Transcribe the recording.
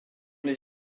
les